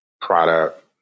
product